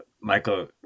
Michael